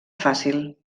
fàcil